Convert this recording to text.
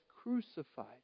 crucified